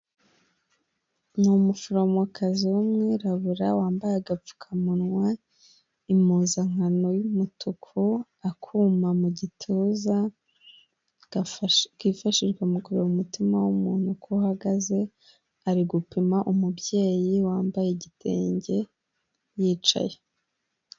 Ni umuforomokazi w'umwirabura wambaye agapfukamunwa, impuzankano y'umutuku, akuma mu gituza kifashishwa mu kurera umutima w'umuntu uko uhagaze, ari gupima umubyeyi wambaye igitenge yicaye.